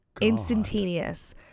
instantaneous